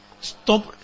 stop